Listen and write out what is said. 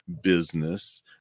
business